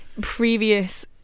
previous